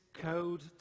code